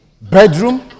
bedroom